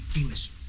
English